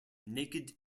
naked